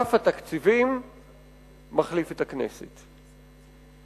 אגף התקציבים מחליף את הכנסת.